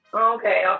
Okay